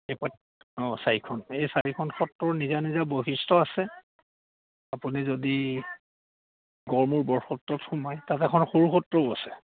এই অঁ চাৰিখন এই চাৰিখন সত্ৰৰ নিজা নিজা বৈশিষ্ট্য আছে আপুনি যদি গড়মূৰ বৰ সত্ৰত সোমায় তাতে এখন সৰু সত্ৰও আছে